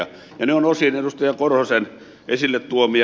ne ovat osin edustaja korhosen esille tuomia